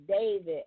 David